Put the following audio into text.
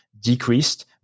decreased